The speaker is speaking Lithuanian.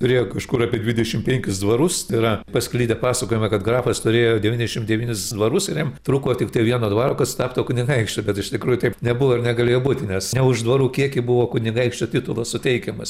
turėjo kažkur apie dvidešim penkis dvarus tai yra pasklidę pasakojama kad grafas turėjo devyniasdešim devynis dvarus ir jam truko tiktai vieno dvaro kad jis taptų kunigaikščiu bet iš tikrųjų taip nebuvo ir negalėjo būti nes ne už dvarų kiekį buvo kunigaikščio titulas suteikiamas